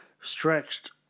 stretched